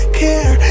care